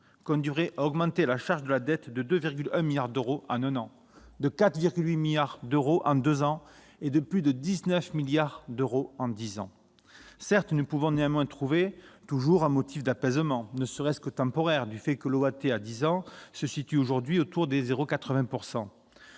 conduirait à aggraver la charge de la dette de 2,1 milliards d'euros en un an, de 4,8 milliards d'euros en deux ans et de plus de 19 milliards d'euros en dix ans. Certes, nous pouvons toujours trouver un motif d'apaisement, ne serait-ce que temporaire, dans le fait que le taux de l'OAT à dix ans s'établit aujourd'hui autour de 0,80 %.